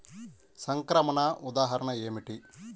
సంక్రమణ ఉదాహరణ ఏమిటి?